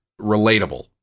relatable